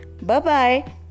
bye-bye